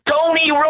Tony